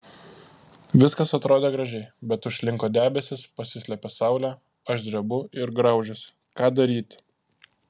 viskas atrodė gražiai bet užslinko debesys pasislėpė saulė aš drebu ir graužiuosi ką daryti